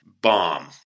bomb